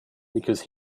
because